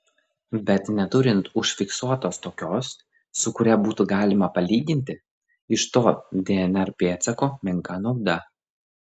bet neturint užfiksuotos tokios su kuria būtų galima palyginti iš to dnr pėdsako menka nauda